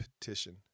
petition